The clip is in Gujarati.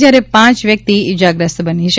જ્યારે પાંચ વ્યક્તિ ઇજાગ્રસ્ત બન્યા છે